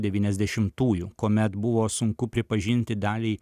devyniasdešimtųjų kuomet buvo sunku pripažinti dalį